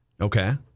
Okay